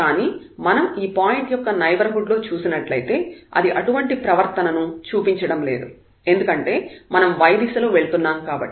కానీ మనం ఈ పాయింట్ యొక్క నైబర్హుడ్ లో చూసినట్లయితే అది అటువంటి ప్రవర్తనను చూపించడం లేదు ఎందుకంటే మనం y దిశలో వెళ్తున్నాము కాబట్టి